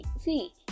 see